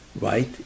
right